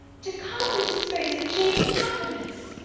to calmly dispose of jane's happiness!